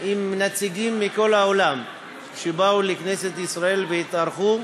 עם נציגים מכל העולם שבאו לכנסת ישראל והתארחו.